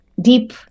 deep